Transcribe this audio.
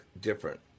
Different